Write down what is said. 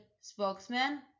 spokesman